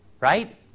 right